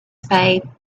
spade